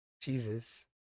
Jesus